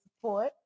support